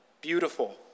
beautiful